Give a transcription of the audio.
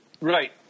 Right